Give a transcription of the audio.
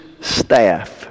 staff